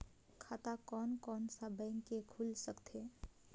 खाता कोन कोन सा बैंक के खुल सकथे?